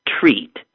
treat